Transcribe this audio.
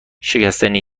شکستنی